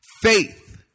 Faith